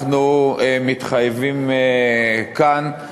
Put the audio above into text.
אנחנו מתחייבים כאן,